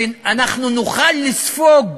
שאנחנו נוכל לספוג